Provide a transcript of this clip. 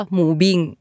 Moving